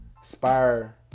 inspire